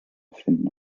finden